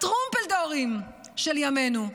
הטרומפלדורים של ימינו,